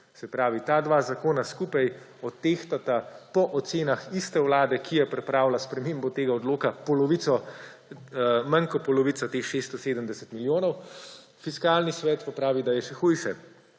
Se pravi, ta dva zakona skupaj odtehtata po ocenah iste vlade, ki je pripravila spremembo tega odloka, manj kot polovico teh 670 milijonov. Fiskalni svet pa pravi, da je še hujše.